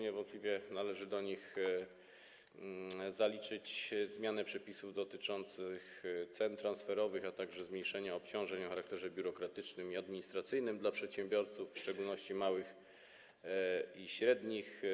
Niewątpliwie należy do nich zaliczyć zmianę przepisów dotyczących cen transferowych, a także zmniejszenie obciążeń o charakterze biurokratycznym i administracyjnym dla przedsiębiorców, w szczególności małych i średnich.